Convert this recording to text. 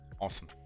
awesome